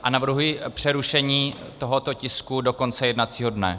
A navrhuji přerušení tohoto tisku do konce jednacího dne.